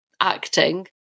acting